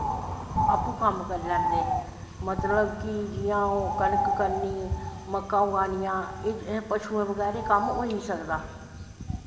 आपैं कम्म करी लैंदे जियां की कनक करनी मक्कां उगानियां पशुएं बगैर एह् कम्म होई गै नी सकदा